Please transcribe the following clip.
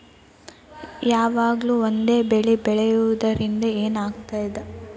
ಯಾವಾಗ್ಲೂ ಒಂದೇ ಬೆಳಿ ಬೆಳೆಯುವುದರಿಂದ ಏನ್ ಆಗ್ತದ?